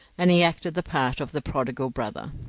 and he acted the part of the prodigal brother.